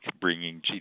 bringing